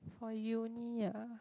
for uni ah